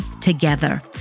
together